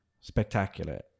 spectacular